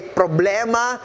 problema